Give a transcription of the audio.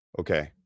Okay